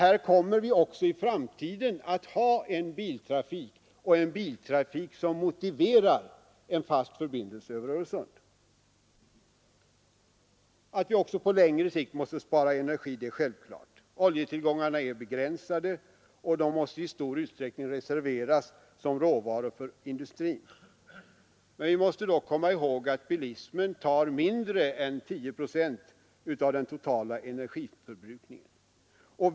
Vi kommer också i framtiden att ha en biltrafik, och den motiverar en fast förbindelse över Öresund. Att vi också på längre sikt måste spara energi är självklart. Oljetillgångarna är begränsade och måste i stor utsträckning reserveras såsom råvara för industrin. Vi måste dock komma ihåg att bilismen svarar för mindre än 10 procent av den totala energiförbrukningen.